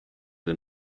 den